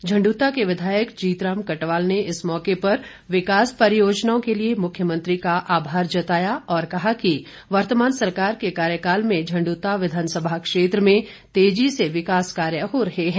झण्डूता के विधायक जीतराम कटवाल ने इस मौके पर विकास परियोजनाओं के लिए मुख्यमंत्री का आभार जताया और कहा कि वर्तमान सरकार के कार्यकाल में झण्ड्रता विधानसभा क्षेत्र में तेजी से विकास कार्य हो रहे हैं